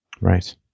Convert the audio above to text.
right